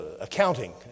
accounting